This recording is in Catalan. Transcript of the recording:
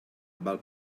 val